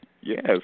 Yes